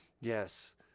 Yes